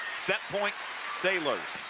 set point sailers